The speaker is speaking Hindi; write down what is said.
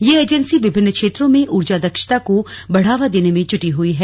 यह एजेंसी विभिन्न क्षेत्रों में ऊर्जा दक्षता को बढावा देने में जुटी हुई है